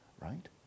right